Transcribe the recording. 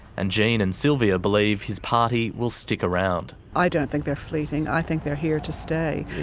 and jean and silvia believe his party will stick around. i don't think they are fleeting, i think they are here to stay.